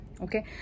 Okay